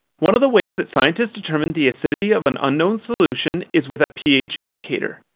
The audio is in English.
one of the ways that scientists determine the acidity of an unknown solution is with a ph indicator.